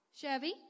Chevy